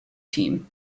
team